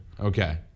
Okay